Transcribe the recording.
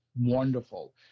wonderful